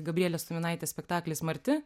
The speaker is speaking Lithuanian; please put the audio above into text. gabrielės tuminaitės spektaklis marti